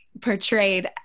portrayed